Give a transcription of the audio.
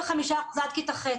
55% זה עד כיתה ח'.